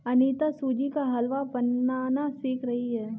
अनीता सूजी का हलवा बनाना सीख रही है